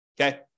okay